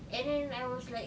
and then I was like